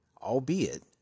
Albeit